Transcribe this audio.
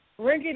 rinky